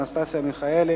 אנסטסיה מיכאלי,